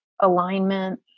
alignment